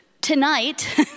Tonight